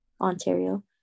Ontario